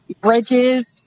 bridges